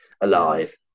alive